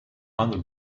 under